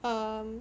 um